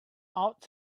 out